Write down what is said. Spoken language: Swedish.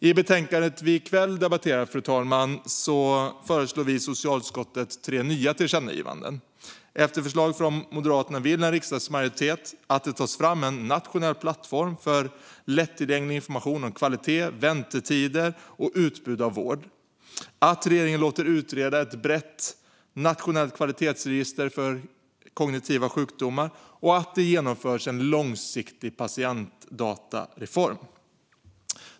I betänkandet som vi debatterar här i kväll föreslår vi i socialutskottet tre nya tillkännagivanden. Efter förslag från Moderaterna vill en riksdagsmajoritet att det tas fram en nationell plattform för lättillgänglig information om kvalitet, väntetider och utbud av vård, att regeringen låter utreda ett brett nationellt kvalitetsregister för kognitiva sjukdomar och att det genomförs en långsiktig patientdatareform.